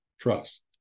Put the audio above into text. trust